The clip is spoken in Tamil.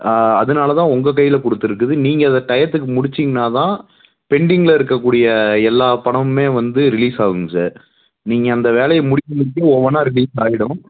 அதனால் தான் உங்கள் கையில் கொடுத்துருக்குது நீங்கள் அதை டைத்துக்கு முடிச்சீங்கனா தான் பெண்டிங்கில் இருக்கக்கூடிய எல்லா பணமுமே வந்து ரிலீஸ் ஆகுங்க சார் நீங்கள் அந்த வேலையை முடிக்க முடிக்க ஒவ்வொன்றா ரிலீஸ் ஆய்டும்